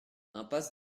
impasse